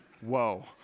whoa